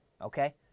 okay